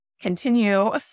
continue